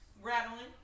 rattling